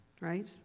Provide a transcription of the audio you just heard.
Right